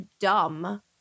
dumb